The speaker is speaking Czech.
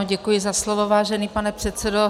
Děkuji za slovo, vážený pane předsedo.